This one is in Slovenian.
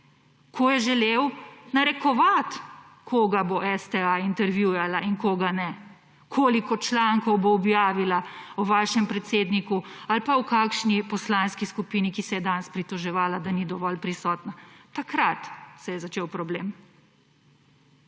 Ko je želel narekovati koga bo STA intervjuvala in koga ne, koliko člankov bo objavila o vašem predsedniku ali pa o kakšni poslanski skupini, ki se je danes pritoževala, da ni dovolj prisotna, takrat se je začel problem,